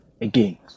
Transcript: again